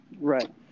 Right